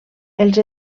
els